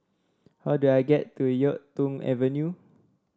how do I get to YuK Tong Avenue